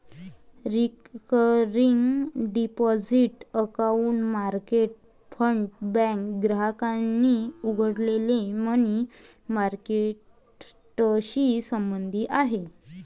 recurring deposit account market fund bank ग्राहकांनी उघडलेल्या money मार्केटशी संबंधित आहे